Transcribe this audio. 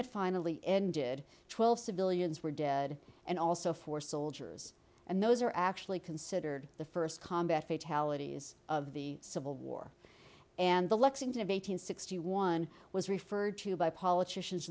it finally ended twelve civilians were dead and also four soldiers and those are actually considered the first combat fatalities of the civil war and the lexington of eight hundred sixty one was referred to by politicians